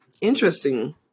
interesting